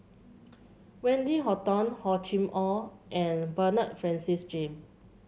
Wendy Hutton Hor Chim Or and Bernard Francis Jame